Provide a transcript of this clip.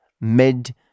mid